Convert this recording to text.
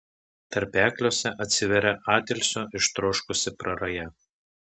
tarpekliuose atsiveria atilsio ištroškusi praraja